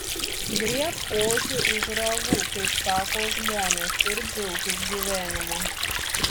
griebk ožį už ragų kaip sako žmonės ir džiaukis gyvenimu